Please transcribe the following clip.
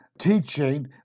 teaching